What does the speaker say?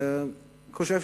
אני חושב,